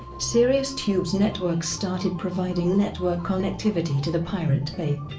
serious tubes networks started providing network connectivity to the pirate bay.